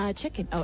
chicken